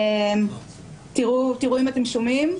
תראו אם אתם שומעים.